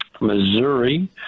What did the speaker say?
Missouri